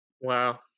wow